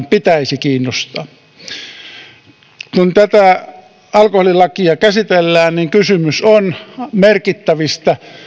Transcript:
pitäisi kiinnostaa myös valtiota eduskuntaakin kun tätä alkoholilakia käsitellään kysymys on merkittävistä